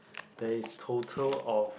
there is total of